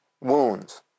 wounds